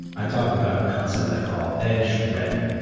i talk about a concept i call edge ready,